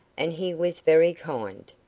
and he was very kind.